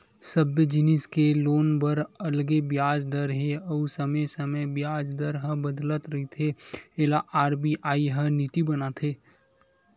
सबे जिनिस के लोन बर अलगे बियाज दर हे अउ समे समे बियाज दर ह बदलत रहिथे एला आर.बी.आई ह नीति बनाथे